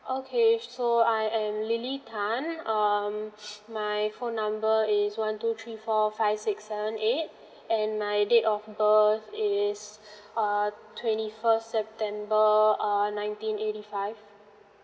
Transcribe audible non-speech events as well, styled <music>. okay so I am lily tan um <noise> my phone number is one two three four five six seven eight and my date of birth is uh twenty first september err nineteen eighty five